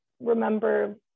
remember